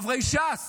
חברי ש"ס